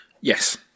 Yes